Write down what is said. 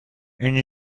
une